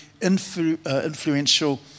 influential